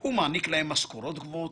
- הוא מעניק להם משכורות גבוהות,